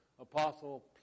Apostle